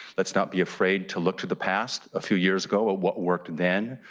let's not be afraid to look to the past a few years ago of what worked then.